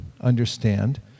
understand